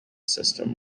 system